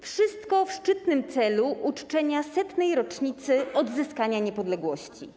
Wszystko w szczytnym celu uczczenia 100. rocznicy odzyskania niepodległości.